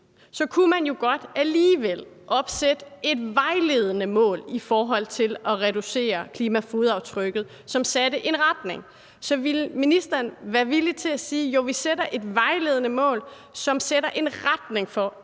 kunne man jo godt alligevel opsætte et vejledende mål i forhold til at reducere klimafodaftrykket, som satte en retning. Så ville ministeren være villig til at sige: Jo, vi sætter et vejledende mål, som sætter en retning for, at